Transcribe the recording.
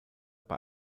bei